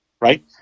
right